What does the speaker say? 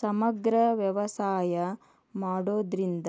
ಸಮಗ್ರ ವ್ಯವಸಾಯ ಮಾಡುದ್ರಿಂದ